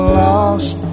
lost